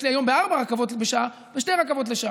יש לי בארבע רכבות בשעה לשתי רכבות בשעה,